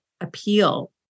appeal